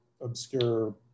obscure